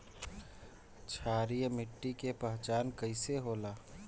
क्षारीय मिट्टी के पहचान कईसे होला?